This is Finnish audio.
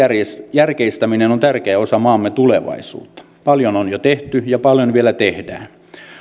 järkeistäminen on tärkeä osa maamme tulevaisuutta paljon on jo tehty ja paljon vielä tehdään